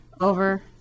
over